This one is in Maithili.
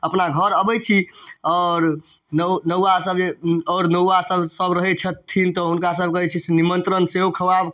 अपना घर अबै छी आओर नउ नौआसब जे आओर नौआसब सब रहै छथिन तऽ हुनकासबके जे छै से निमन्त्रण सेहो खुआबऽ